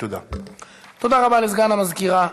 הודעה לסגן המזכירה.